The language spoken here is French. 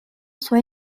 sont